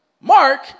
Mark